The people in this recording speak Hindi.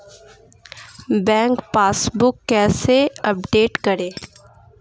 बैंक पासबुक कैसे अपडेट करें?